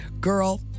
girl